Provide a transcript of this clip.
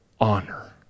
honor